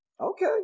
Okay